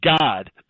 god